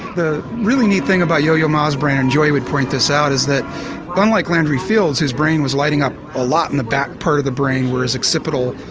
the really neat thing about yo yo ma's brain, and joy would point this out, is that unlike landry fields whose brain was lighting up a lot in the back part of the brain where his occipital,